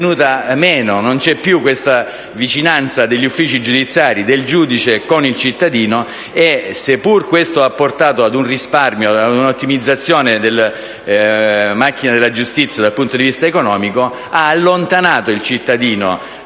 Non c'è più quella vicinanza degli uffici giudiziari, del giudice al cittadino, e seppure questo ha portato ad un risparmio e a un'ottimizzazione della macchina della giustizia dal punto di vista economico, ha allontanato il cittadino